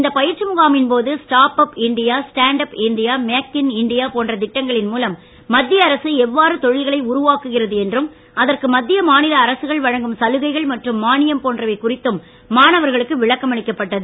இந்த பயிற்சி முகாமின் போது start up India stand up India make in India போன்ற திட்டங்களின் மூலம் மத்திய அரசு எவ்வாறு தொழில்களை உருவாக்குகிறது என்றும் அதற்கு மத்திய மாநில அரசுகள் வழங்கும் சலுகைகள் மற்றும் மானியம் போன்றவை குறித்தும் மாணவர்களுக்கு இன்று விளக்கம் அளிக்கப்பட்டது